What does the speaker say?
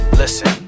listen